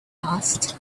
asked